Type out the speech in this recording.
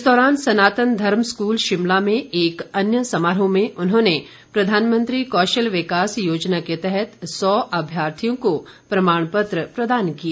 इस दौरान सनातन धर्म स्कूल शिमला में एक अन्य समारोह में उन्होंने प्रधानमंत्री कौशल विकास योजना के तहत सौ अभ्यार्थियों को प्रमाण पत्र प्रदान किए